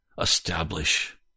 establish